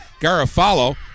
Garafalo